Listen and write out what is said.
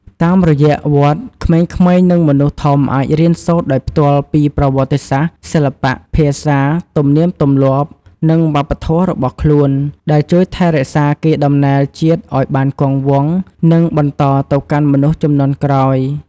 តាមរយៈវត្ត ក្មេងៗ និងមនុស្សធំអាចរៀនសូត្រដោយផ្ទាល់ពីប្រវត្តិសាស្ត្រ សិល្បៈ ភាសា ទំនៀមទម្លាប់ និងវប្បធម៌របស់ខ្លួន ដែលជួយថែរក្សាកេរ្តិ៍ដំណែលជាតិឲ្យបានគង់វង្ស និងបន្តទៅកាន់មនុស្សជំនាន់ក្រោយ។